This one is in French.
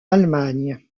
allemagne